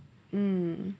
mm